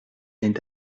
est